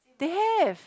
they have